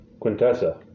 Quintessa